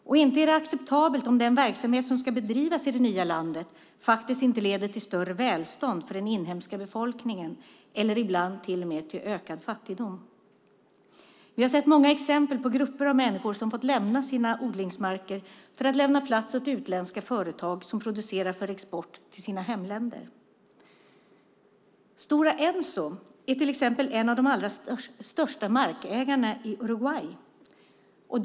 Det är heller inte acceptabelt om den verksamhet som ska bedrivas i det nya landet faktiskt inte leder till större välstånd för den inhemska befolkningen utan ibland till och med till ökad fattigdom. Vi har sett många exempel på grupper av människor som har fått lämna sina odlingsmarker för att lämna plats åt utländska företag som producerar för export till sina hemländer. Stora Enso är till exempel en av de allra största markägarna i Uruguay.